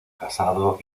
casado